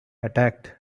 attacked